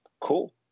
Cool